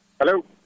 Hello